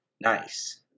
Nice